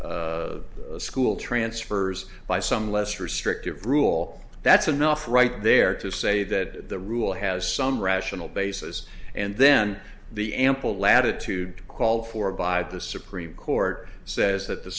trucked school transfers by some less restrictive rule that's enough right there to say that the rule has some rational basis and then the ample latitude to call for by the supreme court says that th